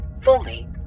fully